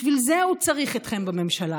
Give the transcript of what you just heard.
בשביל זה הוא צריך אתכם בממשלה.